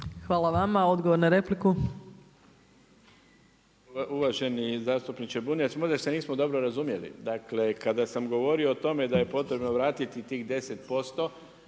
Hvala vama. Odgovor na repliku. **Mrsić, Mirando (SDP)** Uvaženi zastupniče Bunjac, možda se nismo dobro razumjeli. Dakle kada sam govorio o tome da je potrebno vratiti tih 10%